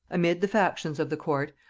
amid the factions of the court,